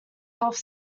health